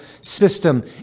system